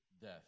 death